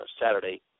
Saturday